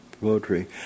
poetry